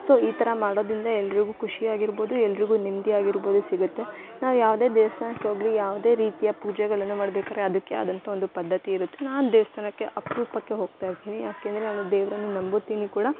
so ಈ ಥರ ಮಾಡೋದ್ರಿಂದ ಎಲ್ಲರಿಗೂ ಖುಷಿ ಆಗಿರ್ಬೌದು ಎಲ್ಲರಿಗೂ ನೆಮ್ಮದಿ ಆಗಿರ್ಬೌದು ಸಿಗುತ್ತೆ ನಾವು ಯಾವುದೇ ದೇವ್ಸ್ಥಾನಕ್ಕೆ ಹೋಗಲಿ ಯಾವುದೇ ರೀತಿಯ ಪೂಜೆಗಳನ್ನು ಮಾಡ್ಬೇಕಾದ್ರೆ ಅದಕ್ಕೆ ಆದಂಥ ಒಂದು ಪದ್ಧತಿ ಇರುತ್ತೆ ನಾನು ದೇವಸ್ಥಾನಕ್ಕೆ ಅಪರೂಪಕ್ಕೆ ಹೋಗ್ತಾ ಇರ್ತೀನಿ ಯಾಕೆಂದರೆ ನಾನು ದೇವರನ್ನ ನಂಬುತ್ತೀನಿ ಕೂಡ